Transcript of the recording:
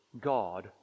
God